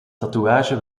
tatoeage